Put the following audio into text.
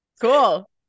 cool